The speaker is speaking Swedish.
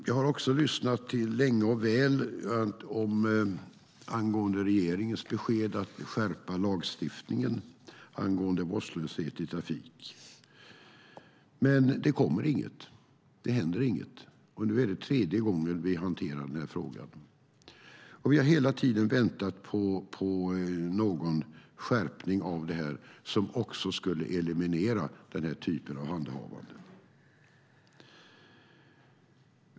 Jag har också länge och väl lyssnat efter regeringens besked om att skärpa lagstiftningen angående vårdslöshet i trafik. Men det kommer inget, och det händer inget. Nu är det tredje gången som vi hanterar den här frågan. Vi har hela tiden väntat på någon skärpning av det här som skulle kunna eliminera den här typen av handhavande.